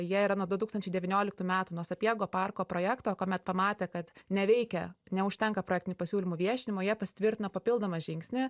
jie yra nuo du tūkstančiai devynioliktų metų nuo sapiego parko projekto kuomet pamatė kad neveikia neužtenka projektinių pasiūlymų viešinimo jie pasitvirtino papildomą žingsnį